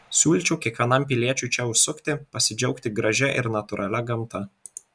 siūlyčiau kiekvienam piliečiui čia užsukti pasidžiaugti gražia ir natūralia gamta